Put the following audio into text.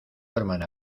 hermana